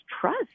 trust